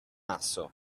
asso